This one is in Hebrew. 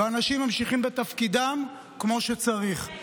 ואנשים ממשיכים בתפקידם כמו שצריך,